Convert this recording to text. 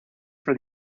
for